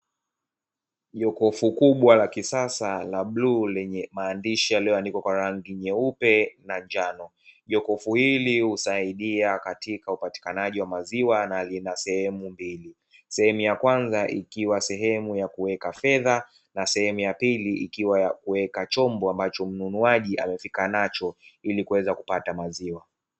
Jokofu kubwa la kisasa la bluu lenye maandishi yaliyoandikwa kwa rangi nyeupe na njano, jokofu hili husaidia katika upatikanaji wa maziwa na lina sehemu mbili, sehemu ya kwanza ikiwa sehemu ya kuweka fedha na sehemu ya pili ikiwa ya kuweka chombo ambacho mnunuaji amefika nacho ili kuweza kupata maziwa.